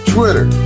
Twitter